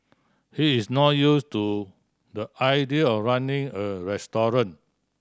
he's not use to the idea of running a restaurant